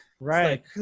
right